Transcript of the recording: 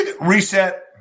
reset